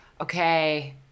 okay